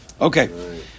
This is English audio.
okay